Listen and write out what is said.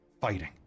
fighting